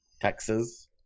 texas